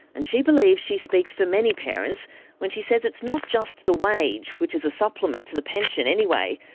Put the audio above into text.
and she believes she speaks for many parents when she says it's not just the wage, which is a supplement to the pension anyway,